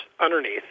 underneath